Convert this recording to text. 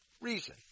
reason